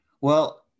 well-